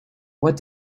what